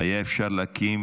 היה אפשר להקים